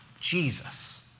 Jesus